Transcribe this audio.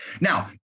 Now